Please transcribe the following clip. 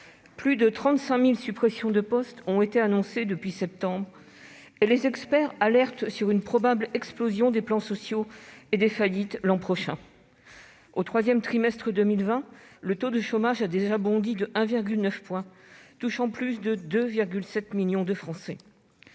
Plus de 35 000 suppressions de postes ont été annoncées depuis septembre, et les experts alertent sur une probable explosion des plans sociaux et des faillites l'an prochain. Au troisième trimestre 2020, le taux de chômage a déjà bondi de 1,9 point, touchant plus de 2,7 millions de Français.